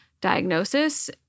diagnosis